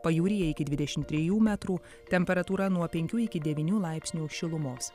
pajūryje iki dvidešimt trijų metrų temperatūra nuo penkių iki devynių laipsnių šilumos